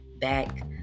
back